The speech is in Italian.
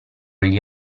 gli